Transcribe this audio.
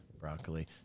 broccoli